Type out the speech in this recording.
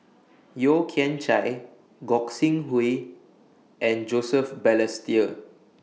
Yeo Kian Chai Gog Sing Hooi and Joseph Balestier